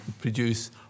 produce